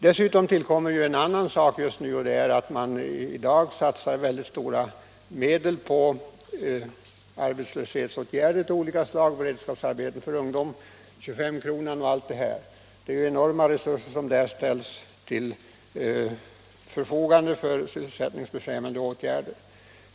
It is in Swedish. Dessutom tillkommer att man i dag satsar mycket stora medel på arbetslöshetsåtgärder av olika slag, såsom beredskapsarbete för ungdom, 25-kronan osv. Det är enorma resurser som i det sammanhanget ställs till förfogande för sysselsättningsbefrämjande åtgärder.